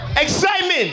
Excitement